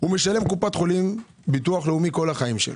הוא משלם לקופת חולים ביטול לאומי כל חייו.